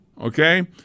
okay